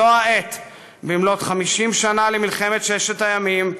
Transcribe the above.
זו העת, במלאות 50 שנה למלחמת ששת הימים,